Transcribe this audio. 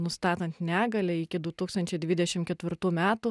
nustatant negalią iki du tūkstančiai dvidešim ketvirtų metų